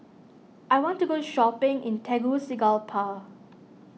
I want to go shopping in Tegucigalpa